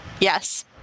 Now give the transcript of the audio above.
yes